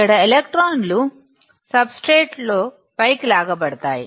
ఇక్కడ ఎలక్ట్రాన్లు substrate లో పైకి లాగ బడుతుంది